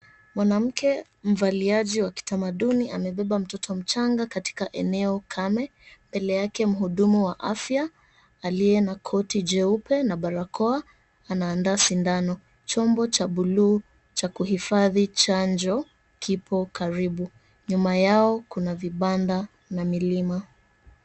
Mwanamke mvaliaji wa kitamaduni amebeba mtoto mchanga katika eneo kame mbele yake mhudumu wa afya aliye na koti jeupe na barakoa anaandaa sindano chombo cha buluu chakufadhi chanjo kipo karibu nyuma yao kuna vibanda na milima.